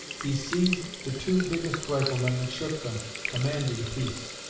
he seized the two biggest riflemen and shook them, commanding peace.